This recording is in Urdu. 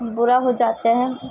برا ہو جاتا ہے